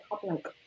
public